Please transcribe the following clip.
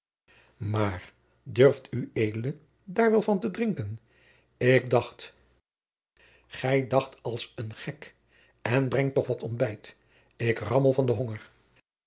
maar durft ued daar wel van te drinken ik dacht gij dacht als een gek en breng toch wat ontbijt ik rammel van den honger